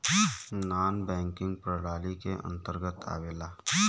नानॅ banking प्रणाली के अंतर्गत आवेला